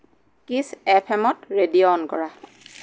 কিছ এফ এমত ৰেডিঅ' অন কৰা